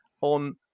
on